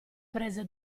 prese